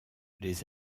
les